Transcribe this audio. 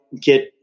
get